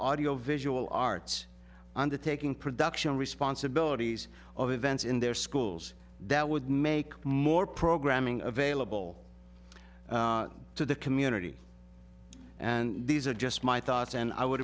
audio visual arts undertaking production responsibilities of events in their schools that would make more programming available to the community and these are just my thoughts and i would